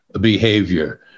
behavior